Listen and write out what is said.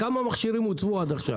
כמה מכשירים הוצבו עד עכשיו?